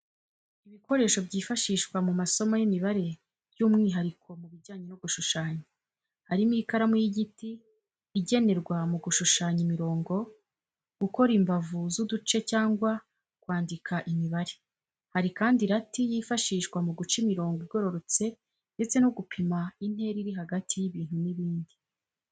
Ibikoresho byifashishwa mu masomo y'imibare by'umwihariko mu bijyanye no gushushanya. Harimo ikaramu y'igiti ikenerwa mu gushushanya imirongo, gukora imbavu z’uduce cyangwa kwandika imibare. Hari kandi irati yifashishwa mu guca imiringo igororotse ndetse no gupima intera iri hagati y'ibintu n'ibindi.